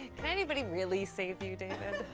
can anybody really save you david?